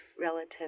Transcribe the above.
relative